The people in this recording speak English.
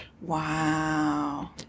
Wow